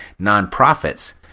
nonprofits